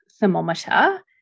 thermometer